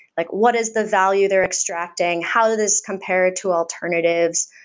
like what is the value they're extracting? how this compare to alternatives?